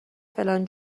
فلان